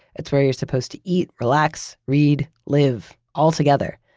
it's where you're supposed to eat, relax, read, live, altogether.